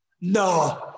No